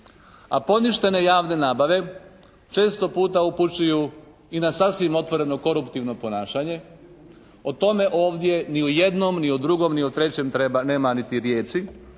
a poništene javne nabave često puta upućuju i na sasvim otvoreno koruptivno ponašanje. O tome ovdje ni u jednom ni u drugom ni u trećem nema niti riječi.